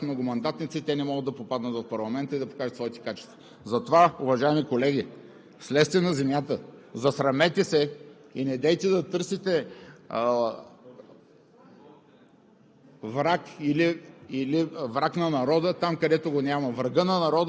Да, в България смятаме, че има много достойни хора, но заради такива като Вас – многомандатници, те не могат да попаднат в парламента и да покажат своите качества. Затова, уважаеми колеги, слезте на земята, засрамете се и недейте да търсите